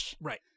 Right